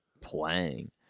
playing